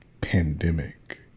pandemic